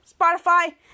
spotify